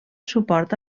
suport